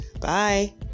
Bye